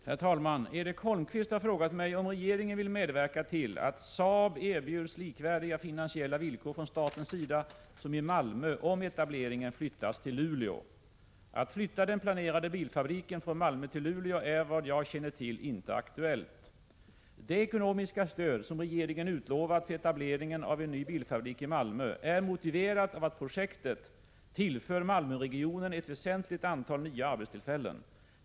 Herr talman! Erik Holmkvist har frågat mig om regeringen vill medverka till att Saab erbjuds likvärdiga finansiella villkor från statens sida som i Malmö om etableringen flyttas till Luleå. Att flytta den planerade bilfabriken från Malmö till Luleå är såvitt jag känner till inte aktuellt. Det ekonomiska stöd som regeringen utlovat för etableringen av en ny bilfabrik i Malmö är motiverat av att projektet tillför Malmöregionen ett väsentligt antal nya arbetstillfällen.